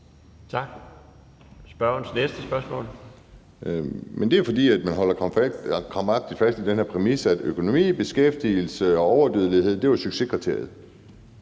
Kim Edberg Andersen (NB): Men det er jo, fordi man holder krampagtigt fast i den her præmis om, at økonomi, beskæftigelse og overdødelighed var succeskriteriet.